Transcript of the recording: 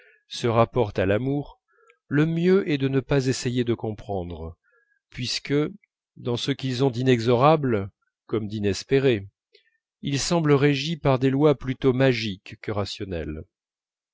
se rapportent à l'amour le mieux est de ne pas essayer de comprendre puisque dans ce qu'ils ont d'inexorable comme d'inespéré ils semblent régis par des lois plutôt magiques que rationnelles